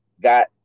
got